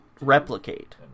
replicate